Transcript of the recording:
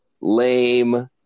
lame